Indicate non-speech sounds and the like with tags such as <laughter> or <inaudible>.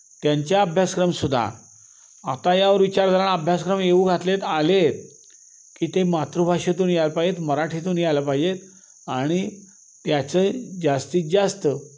त्यांच्या अभ्यासक्रम सुद्धा आता यावर विचार <unintelligible> अभ्यासक्रम येऊ घातले आहेत आले आहेत की ते मातृभाषेतून यायला पाहिजे आहेत मराठीतून यायला पाहिजे आहेत आणि त्याचं जास्तीत जास्त